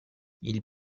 ils